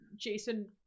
Jason